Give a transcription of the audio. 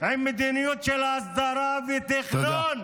עם מדיניות של הסדרה ותכנון.